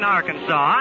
Arkansas